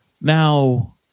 Now